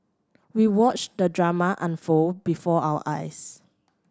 we watched the drama unfold before our eyes